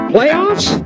Playoffs